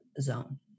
zone